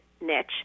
niche